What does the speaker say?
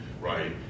right